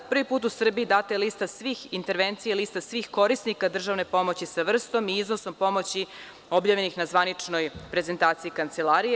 Prvi put u Srbiji data je lista svih intervencija i lista svih korisnika državne pomoći sa vrstom i iznosom pomoći objavljenih na zvaničnoj prezentaciji kancelarije.